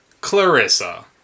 Clarissa